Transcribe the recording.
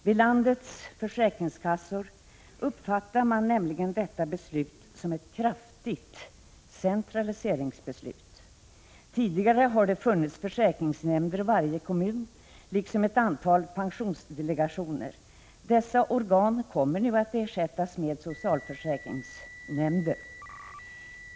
Vid landets försäkringskassor uppfattar man nämligen detta beslut som ett kraftigt centraliseringsbeslut. Tidigare har det funnits försäkringsnämnder i varje kommun liksom ett antal pensionsdelegationer. Dessa organ kommer nu att ersättas med socialförsäkringsnämnder.